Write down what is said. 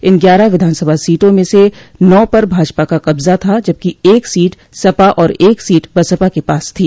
इन ग्यारह विधानसभा सीटों में से नौ पर भाजपा का कब्जा था जबकि एक सीट सपा और एक सीट बसपा के पास थी